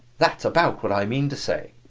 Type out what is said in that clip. that's about what i mean to say.